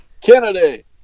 Kennedy